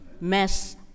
mess